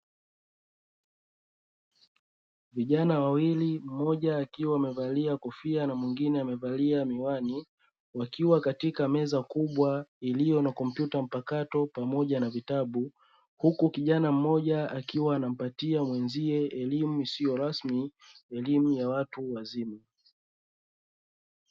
Vijana wawili mmoja akiwa amevalia kofia na mwingine amevalia miwani wakiwa katika meza kubwa iliyo na kompyuta mpakato pamoja na vitabu, huku kijana mmoja akiwa anampatia mwenzie elimu isiyo rasmi elimu ya watu wazima.